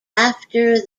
after